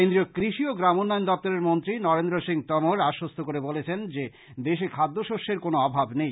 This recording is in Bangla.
কেন্দ্রীয় কৃষি ও গ্রামোন্নয়ন দপ্তরের মন্ত্রী নরেন্দ্র সিং তোমর আশ্বস্ত করে বলেছেন যে দেশে খাদ্যশস্যের কোনো অভাব নেই